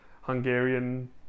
hungarian